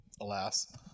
Alas